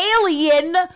alien